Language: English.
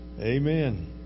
amen